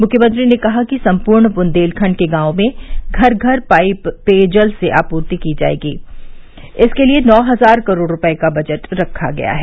मुख्यमंत्री ने कहा कि सम्पूर्ण बुन्देलखंड के गांवों में घर घर पाइप पेयजल से आपूर्ति की जायेगी इसके लिए नौ हजार करोड़ रूपये का बजट रखा गया है